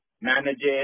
manages